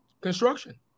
construction